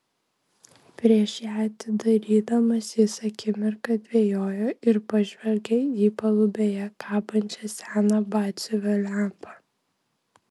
prieš ją atidarydamas jis akimirką dvejojo ir pažvelgė į palubėje kabančią seną batsiuvio lempą